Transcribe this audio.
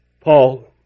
Paul